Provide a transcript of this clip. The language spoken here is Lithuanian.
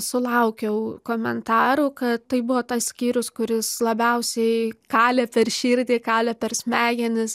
sulaukiau komentarų kad tai buvo tas skyrius kuris labiausiai kalė per širdį kalė per smegenis